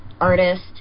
artist